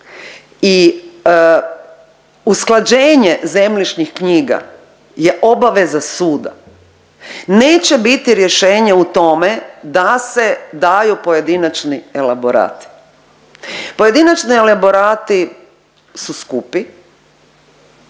i usklađenje zemljišnih knjiga je obaveza suda. Neće biti rješenje u tome da se daju pojedinačni elaborati. Pojedinačni elaborati su skupi,